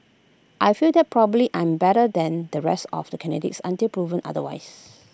I feel that probably I am better than the rest of the candidates until proven otherwise